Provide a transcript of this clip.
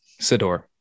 sidor